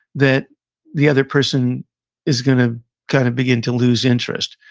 that the other person is going to kind of begin to lose interest.